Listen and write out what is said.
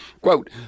Quote